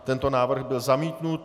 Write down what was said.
Tento návrh byl zamítnut.